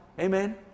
Amen